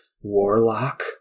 warlock